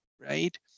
right